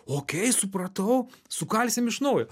okei supratau sukalsim iš naujo